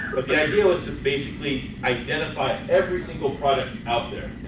but the idea was to basically identify every single product out there,